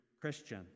Christian